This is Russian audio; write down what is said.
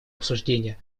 обсуждения